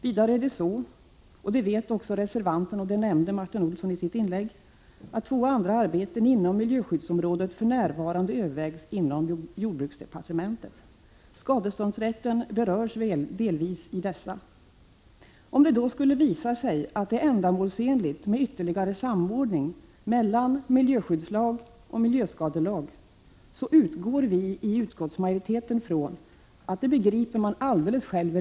Som reservanterna vet och som Martin Olsson nämnde i sitt inlägg är det vidare så att två andra arbeten inom miljöskyddsområdet för närvarande övervägs inom jordbruksdepartementet. Skadeståndsrätten berörs delvis i dessa. Om det då skulle visa sig att det är ändamålsenligt med en ytterligare samordning mellan miljöskyddslag och miljöskadelag, utgår vi i utskottsmajoriteten från att regeringen begriper det alldeles själv.